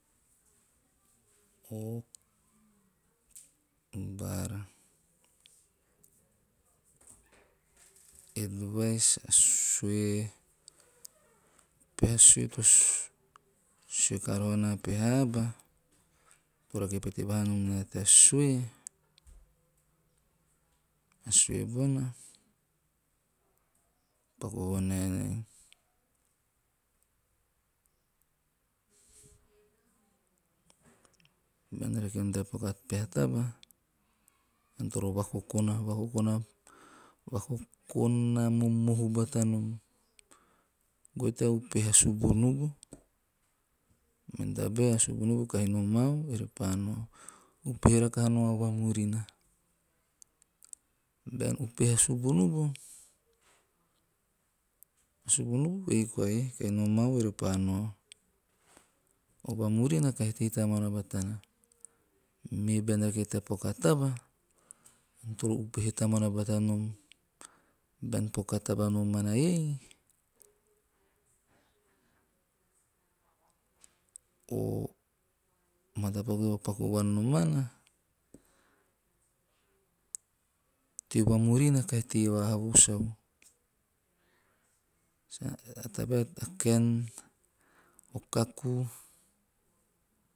baara, 'advice' peha sue to sue karoha naa a peha aba, to rake pete vahaa nom naa tea sue, a sue bona na paku vonaenei bean rake nom tea paku a peha taba, ean toro vakokona momohu bata nom, goe tea upehe a subunubu, men tabae subunubu kahi nomau ore pa nao. Upehe rakaha nao a vamurina. Bean upehe a subunu, a subunubu ei koai kahi nomau ore pa nao. O vamurina kahi tei tamuana batana. Me bean nake tea paku a taba, ean toro upehe tamuana bata nom, bean paku a taba nomana iei o matapaku topa paku vuan nomana, teo vamurina kahi tei vavaha vo sau? Sa o kakei.